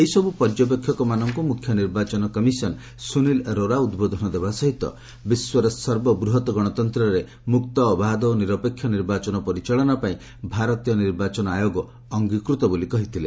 ଏହିସବୁ ପର୍ଯ୍ୟବେକ୍ଷକମାନଙ୍କୁ ମୁଖ୍ୟ ନିର୍ବାଚନ କମିଶନ୍ ସୁନୀଲ ଆରୋରା ଉଦ୍ବୋଧନ ଦେବା ସହିତ ବିଶ୍ୱର ସର୍ବବୃହତ୍ ଗଣତନ୍ତ୍ରରେ ମୁକ୍ତ ଅବାଧ ଓ ନିରପେକ୍ଷ ନିର୍ବାଚନ ପରିଚାଳନା ପାଇଁ ଭାରତୀୟ ନିର୍ବାଚନ ଆୟୋଗ ଅଙ୍ଗିକୃତ ବୋଲି କହିଥିଲେ